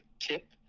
tip